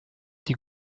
die